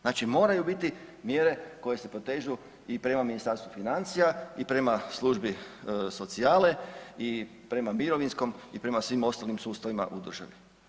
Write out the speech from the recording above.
Znači moraju biti mjere koje se protežu i prema Ministarstvu financija i prema službi socijale i prema mirovinskom i prema svim ostalim sustavim u državi.